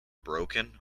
broken